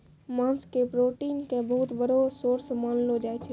मांस के प्रोटीन के बहुत बड़ो सोर्स मानलो जाय छै